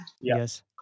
Yes